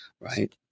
right